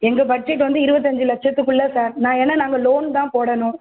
எங்கள் பட்ஜெட் வந்து இருபத்தஞ்சு லட்சத்துக்குள்ள சார் நான் ஏன்னா நாங்கள் லோன் தான் போடணும்